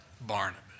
Barnabas